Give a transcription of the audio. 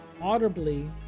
audibly